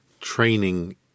training